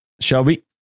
Shelby